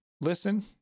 listen